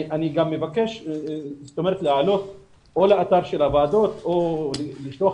אני מבקש להעלות או לאתר הוועדות או לשלוח